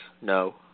No